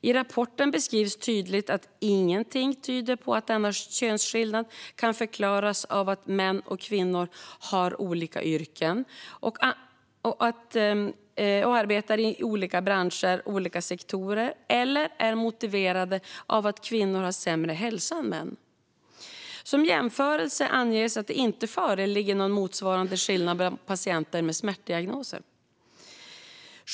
I rapporten beskrivs tydligt att ingenting tyder på att denna könsskillnad kan förklaras av att män och kvinnor har olika yrken och arbetar i olika branscher och sektorer eller är motiverade av att kvinnor har sämre hälsa än män. Som jämförelse anges att det inte föreligger någon motsvarande skillnad bland patienter med smärtdiagnos.